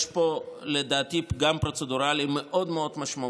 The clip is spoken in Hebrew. יש פה לדעתי פגם פרוצדורלי מאוד מאוד משמעותי,